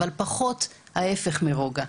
אבל פחות ההיפך מרוגע.